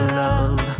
love